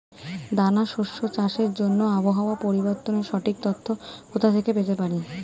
দানা শস্য চাষের জন্য আবহাওয়া পরিবর্তনের সঠিক তথ্য কোথা থেকে পেতে পারি?